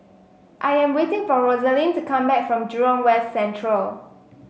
I am waiting for Roselyn to come back from Jurong West Central